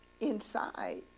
inside